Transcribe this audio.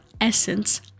Essence